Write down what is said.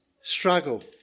struggle